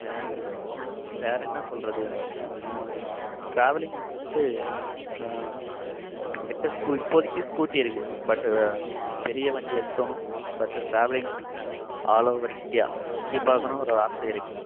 வேற என் வேற என்ன சொல்கிறது ட்ராவலிங் வந்துட்டு எங்கிட்ட இப்போதைக்கி ஸ்கூட்டி இருக்கு பட்டு பெரிய வண்டி எடுத்தணும் பட் ட்ராவலிங் மீன்னா ஆலோவர் இந்தியா சுற்றி பார்க்கணு ஒரு ஆசை இருக்குது